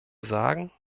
sagen